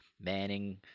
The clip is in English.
Manning